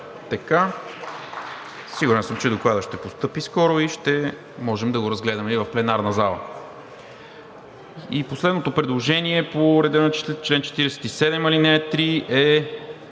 Сигурен съм, че докладът ще постъпи скоро и ще можем да го разгледаме в пленарната зала. И последното предложение по реда на чл. 47, ал. 3 е